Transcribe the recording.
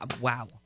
Wow